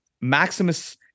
Maximus